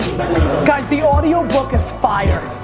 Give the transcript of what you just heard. guys the audio book is fire,